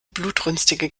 blutrünstige